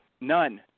none